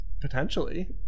potentially